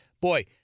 boy